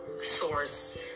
source